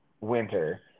winter